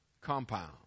compound